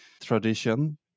tradition